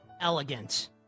elegant